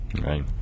Right